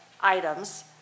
items